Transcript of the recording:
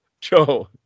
Joe